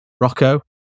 Rocco